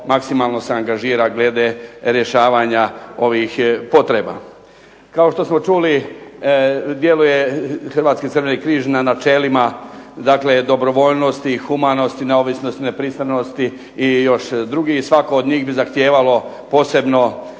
maksimalno se angažira glede rješavanja ovih potreba. Kao što smo čuli djeluje Hrvatski crveni križ na načelima neovisnosti, dobrovoljnosti, humanosti, nepristranosti i još drugih, svako od njih bi zahtjevalo još posebno